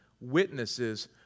witnesses